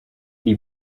die